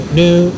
new